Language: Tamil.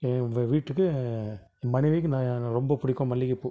வீட்டுக்கு என் மனைவிக்கு நா ரொம்ப பிடிக்கும் மல்லிகைப்பூ